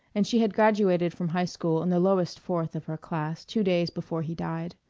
and she had graduated from high school in the lowest fourth of her class two days before he died.